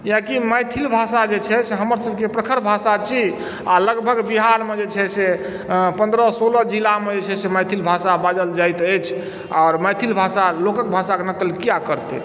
या कि मैथिल भाषा जे छै से हमर सबके प्रखर भाषा छी आइ लगभग बिहारमे जे छै से पन्द्रह सोलह जिलामे जे छै से मैथिल भाषा बाजल जाइत अछि आ मैथिल भाषा लोकक भाषाक नकल कियाकरतै